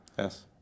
Yes